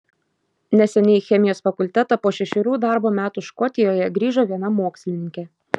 neseniai į chemijos fakultetą po šešerių darbo metų škotijoje grįžo viena mokslininkė